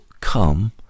come